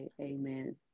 Amen